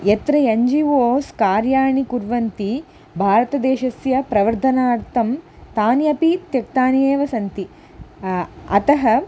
यत्र एन्जिवोस् कार्याणि कुर्वन्ति भारतदेशस्य प्रवर्धनार्थं तानि अपि त्यक्तानि एव सन्ति अतः